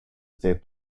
state